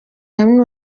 hamwe